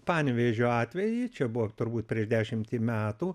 panevėžio atvejį čia buvo turbūt prieš dešimtį metų